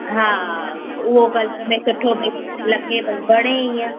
हा उहो कलर में सुठो भई लॻे भई वणे इअं